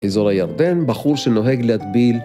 אזור הירדן, בחור שנוהג להטביל